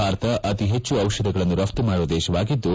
ಭಾರತ ಅತೀ ಪೆಚ್ಚು ಔಷಧಿಗಳನ್ನು ರಫ್ತು ಮಾಡುವ ದೇಶವಾಗಿದ್ದು